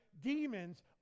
Demons